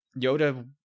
Yoda